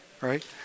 right